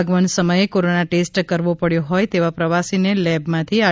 આગમન સમયે corona test કરવો પડ્યો હોય તેવા પ્રવાસીને લેબમાંથી આર